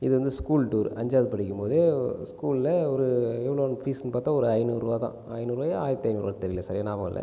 இது வந்து school tour அஞ்சாவது படிக்கும் போது ஸ்கூலில் ஒரு எவ்வளோன்னு ஃபீஸ்ன்னு பார்த்தால் ஒரு ஐந்நூறுபா தான் ஐந்நூறுபாயா ஆயிரத்தி ஐந்நூறுவாயான்னு தெரியல சரியா ஞாபகம் இல்லை